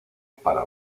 para